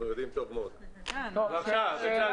משרד